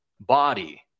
body